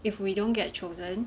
if we don't get chosen